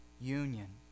Union